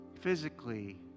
physically